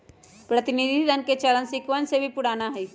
प्रतिनिधि धन के चलन सिक्कवन से भी पुराना हई